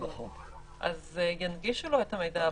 אז ינגישו לו את המידע.